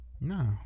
No